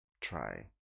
try